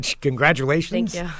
Congratulations